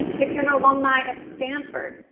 if you're an alumni of stanford,